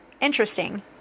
interesting